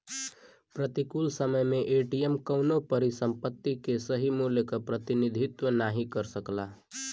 प्रतिकूल समय में एम.टी.एम कउनो परिसंपत्ति के सही मूल्य क प्रतिनिधित्व नाहीं कर सकला